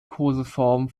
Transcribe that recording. koseform